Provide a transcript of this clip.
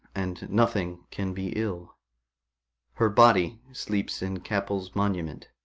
and nothing can be ill her body sleeps in capel's monument,